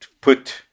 put